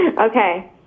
Okay